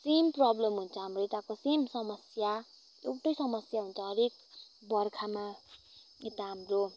same problem हुन्छ हाम्रो यताको सेम समस्या एउटै समस्या हुन्छ हरेक बर्खामा यता हाम्रो